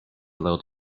lil